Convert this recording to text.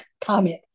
comment